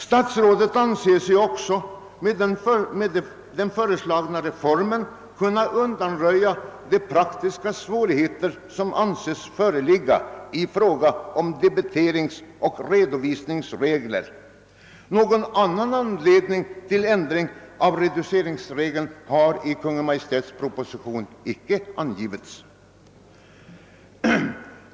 Statsrådet anser sig också med den föreslagna reformen kunna undanröja de praktiska svårigheter som anses föreligga i fråga om debiteringsoch redovisningsregler. Någon annan anledning till ändring av reduceringsregeln har i Kungl. Maj:ts proposition icke angivits.